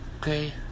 okay